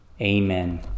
Amen